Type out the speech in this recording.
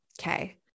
okay